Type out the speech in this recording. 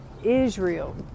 Israel